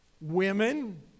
Women